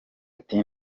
ati